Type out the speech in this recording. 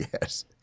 Yes